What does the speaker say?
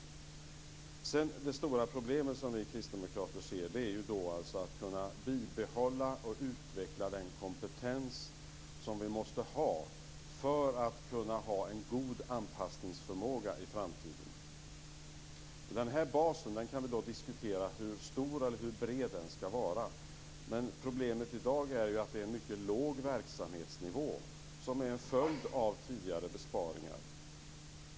Det stora problem som vi kristdemokrater ser är hur man skall kunna bibehålla och utveckla den kompetens som man måste ha för att kunna ha en god anpassningsförmåga i framtiden. Vi kan diskutera hur stor eller hur bred denna bas skall vara, men problemet i dag är att verksamhetsnivån är mycket låg och det är en följd av tidigare besparingar.